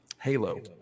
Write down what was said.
Halo